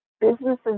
businesses